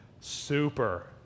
Super